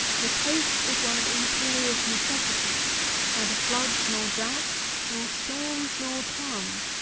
the case is one of imperious necessity neither floods nor droughts, nor storms nor calms,